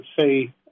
say